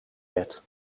bed